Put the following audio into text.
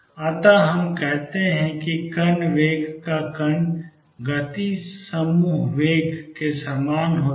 अतः हम कहते हैं कि कण वेग का कण गति समूह वेग के समान होता है